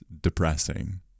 depressing